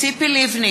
ציפי לבני,